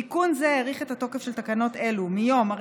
תיקון זה האריך את התוקף של תקנות אלו מ-4